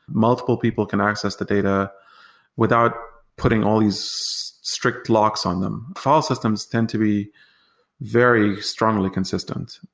multiple people can access the data without putting all these strict locks on them. file systems tend to be very strongly consistent.